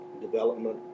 development